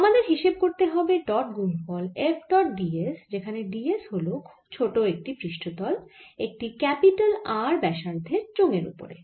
আমাদের হিসেব করতে হবে ডট গুনফল F ডট ds যেখানে ds হল খুব ছোট একটি পৃষ্ঠতল একটি R ব্যাসার্ধের চোঙের ওপরে